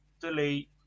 delete